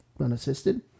unassisted